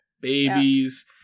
Babies